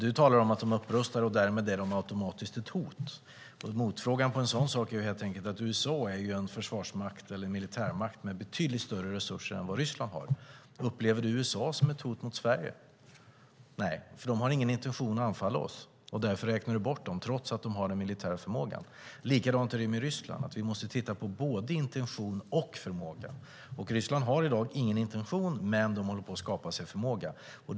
Du talar om att de upprustar, och därmed är de automatiskt ett hot. Motfrågan på det är helt enkelt att USA är en militärmakt med betydligt större resurser än vad Ryssland har. Upplever du USA som ett hot mot Sverige? Nej, för de har ingen intention att anfalla oss. Därför räknar du bort dem trots att de har den militära förmågan. Likadant är det med Ryssland. Vi måste titta på både intention och förmåga. Ryssland har i dag ingen intention, men de håller på att skapa sig en förmåga.